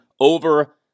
over